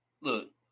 look